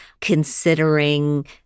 considering